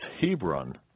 Hebron